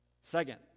Second